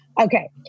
Okay